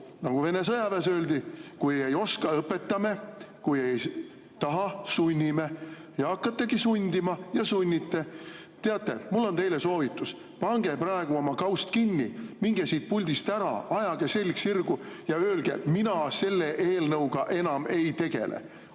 nagu Vene sõjaväes öeldi, et kui ei oska, õpetame, kui ei taha, sunnime. Ja hakkategi sundima. Ja sunnite. Teate, mul on teile soovitus: pange praegu oma kaust kinni, minge siit puldist ära, ajage selg sirgu ja öelge: "Mina selle eelnõuga enam ei tegele."